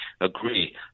agree